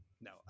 No